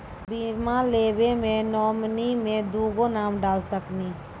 बीमा लेवे मे नॉमिनी मे दुगो नाम डाल सकनी?